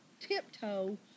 tiptoe